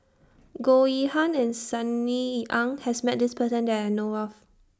Goh Yihan and Sunny Ang has Met This Person that I know of